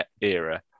era